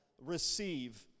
receive